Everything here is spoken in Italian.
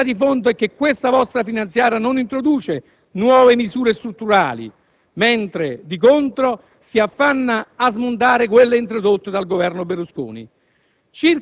La verità di fondo è che questa vostra finanziaria non introduce nuove misure strutturali, mentre, di contro, si affanna a smontare quelle introdotte dal Governo Berlusconi.